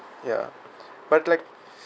ya but like